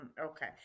Okay